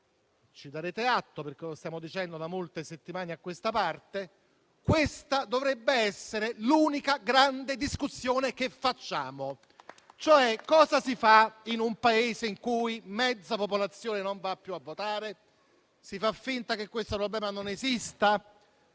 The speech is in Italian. Ci darete atto, perché lo stiamo dicendo da molte settimane a questa parte, che questa dovrebbe essere l'unica grande discussione che facciamo. Cosa si fa in un Paese in cui metà della popolazione non va più a votare? Si fa finta che questo problema non esista?